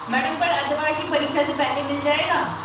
madam पर अर्द्धवार्षिक परीक्षा से पहले मिल जाएगा